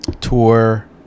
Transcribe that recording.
tour